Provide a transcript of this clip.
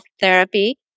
Therapy